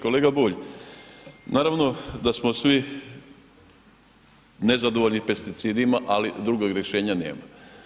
Kolega Bulj, naravno da smo svi nezadovoljni pesticidima ali drugog rješenja nema.